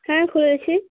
হ্যাঁ খুলেছি